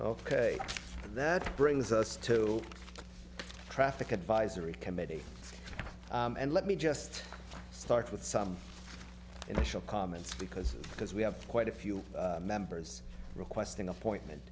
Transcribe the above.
ok that brings us to traffic advisory committee and let me just start with some initial comments because because we have quite a few members requesting appointment